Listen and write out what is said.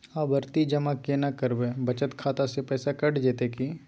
आवर्ति जमा केना करबे बचत खाता से पैसा कैट जेतै की?